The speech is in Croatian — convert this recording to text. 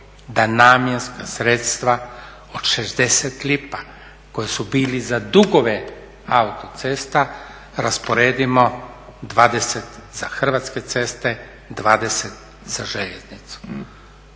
da namjenska sredstva od 60 lipa koji su bili za dugove autocesta rasporedimo 20 za Hrvatske ceste, 20 za željeznicu.